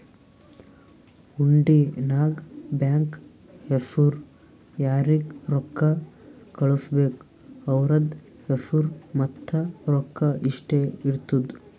ಹುಂಡಿ ನಾಗ್ ಬ್ಯಾಂಕ್ ಹೆಸುರ್ ಯಾರಿಗ್ ರೊಕ್ಕಾ ಕಳ್ಸುಬೇಕ್ ಅವ್ರದ್ ಹೆಸುರ್ ಮತ್ತ ರೊಕ್ಕಾ ಇಷ್ಟೇ ಇರ್ತುದ್